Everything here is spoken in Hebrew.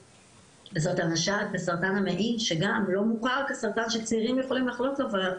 סרטן השד וסרטן המעי שגם לא מוכר כסרטן שצעירים יכולים לחלות בו,